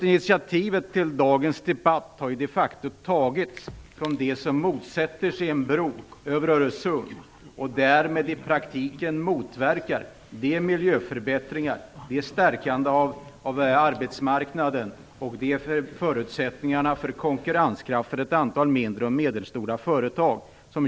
Initiativet till dagens debatt har de facto tagits av dem som motsätter sig en bro över Öresund och därmed i praktiken motverkar miljöförbättringar, stärkande av arbetsmarknaden och av förutsättningarna för konkurrenskraft för ett antal mindre och medelstora företag.